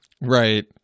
right